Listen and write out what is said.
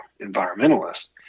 environmentalists